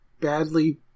badly